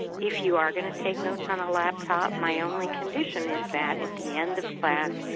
if you are going to take notes on a laptop, my only condition is that at the end of class,